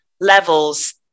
levels